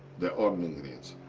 the ordnungsdienst.